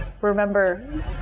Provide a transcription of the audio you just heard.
remember